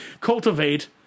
cultivate